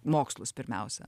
mokslus pirmiausia